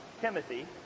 Timothy